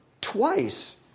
twice